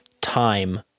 time